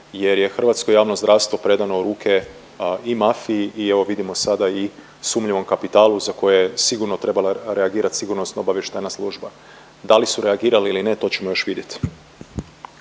jer je hrvatskoj javno zdravstvo predano u ruke i mafiji i evo, vidimo sada i sumnjivom kapitalu za koje je sigurno trebala reagirati sigurnosno-obavještajna služba. Da li su reagirali ili ne, to ćemo još vidjeti.